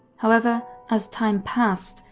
however, as time passed,